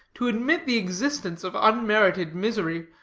to admit the existence of unmerited misery,